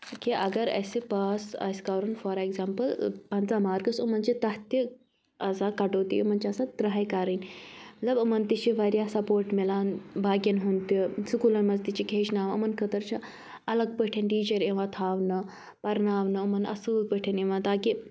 کہِ اگر اسہِ پاس آسہِ کَرُن فار ایٚگزامپٕل پنٛژاہ مارکٕس یِمَن چھِ تَتھ تہِ آسان کَٹوتی یِمَن چھِ آسان ترٛہَے کَرٕنۍ مطلب یِمَن تہِ چھِ واریاہ سَپورٹ میلان باقٕیَن ہُنٛد تہِ سکوٗلَن منٛز تہِ چھِکھ ہیٚچھناوان یِمَن خٲطرٕ چھِ اَلَگ پٲٹھۍ ٹیٖچَر یِوان تھاونہٕ پَرناونہٕ یِمَن اصٕل پٲٹھۍ یِوان تاکہِ